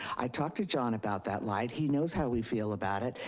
i talked to john about that light, he knows how we feel about it.